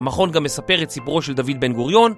המכון גם מספר את סיפרו של דוד בן גוריון